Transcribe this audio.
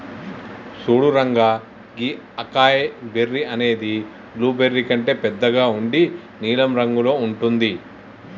సూడు రంగా గీ acai berry అనేది బ్లూబెర్రీ కంటే బెద్దగా ఉండి నీలం రంగులో ఉంటుంది